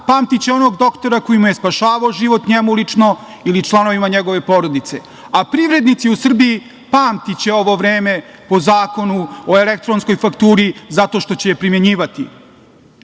pamtiće onog doktora koji mu je spašavao život njemu lično ili članovima njegove porodice, a privrednici u Srbiji pamtiće ovo vreme po zakonu o elektronskoj fakturi zato što će je primenjivati. Ovaj